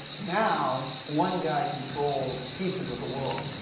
now one guy controls pieces of the world.